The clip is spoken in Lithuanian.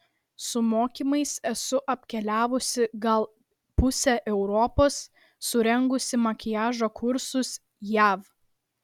su mokymais esu apkeliavusi gal pusę europos surengusi makiažo kursus jav